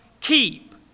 keep